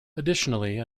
additionally